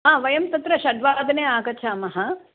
वयं तत्र षड्वादने आगच्छामः